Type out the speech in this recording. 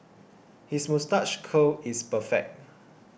his moustache curl is perfect